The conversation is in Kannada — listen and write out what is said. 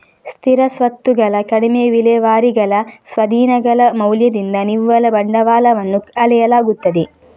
ಸ್ಥಿರ ಸ್ವತ್ತುಗಳ ಕಡಿಮೆ ವಿಲೇವಾರಿಗಳ ಸ್ವಾಧೀನಗಳ ಮೌಲ್ಯದಿಂದ ನಿವ್ವಳ ಬಂಡವಾಳವನ್ನು ಅಳೆಯಲಾಗುತ್ತದೆ